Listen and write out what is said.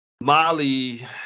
Molly